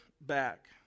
back